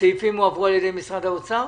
הסעיפים הועברו על ידי משרד האוצר?